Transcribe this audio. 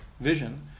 vision